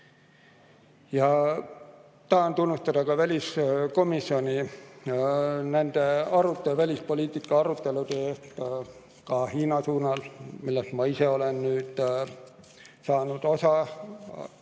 Tahan tunnustada ka väliskomisjoni nende välispoliitika arutelude eest Hiina suunal, millest ma ise olen saanud osa.